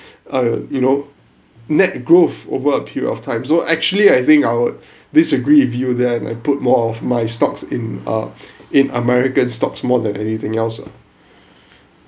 uh you know net growth over a period of time so actually I think I would disagree with you that I put more of my stocks in uh in american stocks more than anything else lah